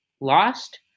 lost